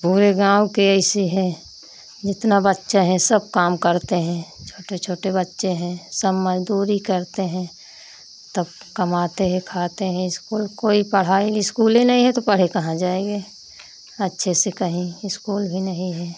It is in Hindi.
पूरे गाँव का ऐसा हाई जितना बच्चा है सब काम करते हैं छोटे छोटे बच्चे हैं सब मज़दूरी करते हैं तब कमाते है खाते हैं इस्कूल कोई पढ़ाई इस्कूल ही नहीं है तो पढ़े कहाँ जाएंगे अच्छे से कहीं इस्कूल भी नहीं है